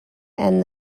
and